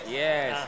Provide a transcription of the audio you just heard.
yes